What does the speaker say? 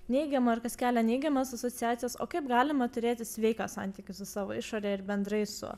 neigiamą ar kas kelia neigiamas asociacijas o kaip galima turėti sveiką santykį su savo išorę ir bendrai su